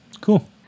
Cool